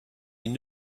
une